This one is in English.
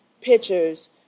pictures